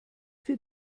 für